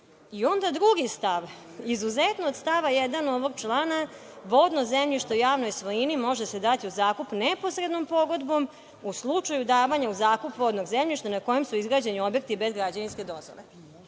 drugi stav - izuzetno od stava 1. ovog člana, vodno zemljište u javnoj svojini može se dati u zakup neposrednom pogodbom u slučaju davanja u zakup vodnog zemljišta na kojem su izgrađeni objekti bez građevinske dozvole.